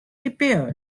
repaired